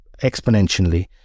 exponentially